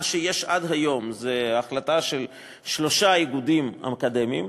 מה שיש עד היום זה החלטות של שלושה איגודים אקדמיים,